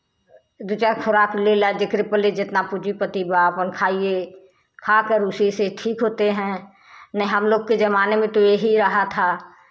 दो चार खुराक ले ला जेकरे पले जेतना पूंजीपति बा अपन खाइए खाकर उसी से ठीक होते हैं नहीं हम लोग के ज़माने में तो यही रहा था